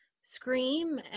scream